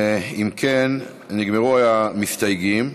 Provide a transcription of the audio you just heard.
אם כן, נגמרו המסתייגים.